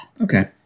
Okay